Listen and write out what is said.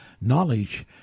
knowledge